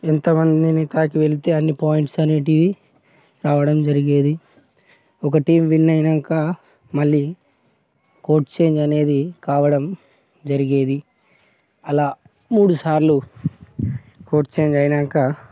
ఎంతమందిని తాకి వెళ్తే అన్నీ పాయింట్స్ అనేవి రావడం జరిగేది ఒక టీమ్ విన్ అయినాక మళ్ళీ కోర్ట్ చేంజ్ అనేది కావడం జరిగేది అలా మూడుసార్లు కోర్ట్ చేంజ్ అయినాక